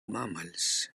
mammals